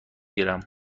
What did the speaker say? گیرم